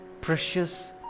precious